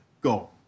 Go